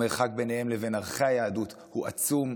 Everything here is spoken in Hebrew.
המרחק ביניהם לבין ערכי היהדות הוא עצום,